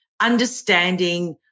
understanding